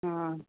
हा